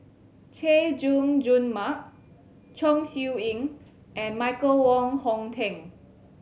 Chay Jung Jun Mark Chong Siew Ying and Michael Wong Hong Teng